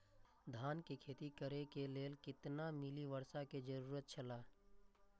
धान के खेती करे के लेल कितना मिली वर्षा के जरूरत छला?